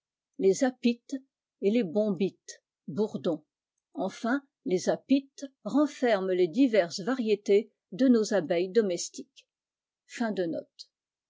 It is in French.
les apites et les bombites bours enfin les apites renferment les diverses variétés de abeilles domestiques